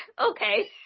okay